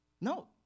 No